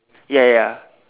ya ya